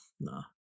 no